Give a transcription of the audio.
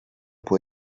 può